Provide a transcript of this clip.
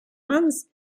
mans